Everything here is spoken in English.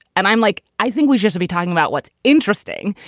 and i'm like, i think we'd just be talking about what's interesting.